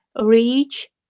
reach